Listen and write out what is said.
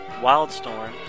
Wildstorm